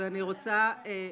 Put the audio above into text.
אני לקחתי יום חופש.